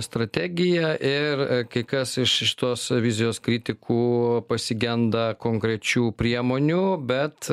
strategiją ir kai kas iš šitos vizijos kritikų pasigenda konkrečių priemonių bet